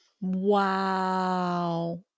Wow